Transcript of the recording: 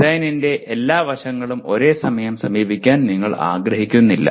ഡിസൈനിന്റെ എല്ലാ വശങ്ങളും ഒരേസമയം സമീപിക്കാൻ നിങ്ങൾ ആഗ്രഹിക്കുന്നില്ല